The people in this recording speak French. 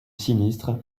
sinistre